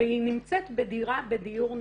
והיא נמצאת בדירה בדיור נתמך.